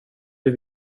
det